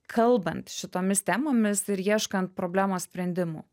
kalbant šitomis temomis ir ieškant problemos sprendimų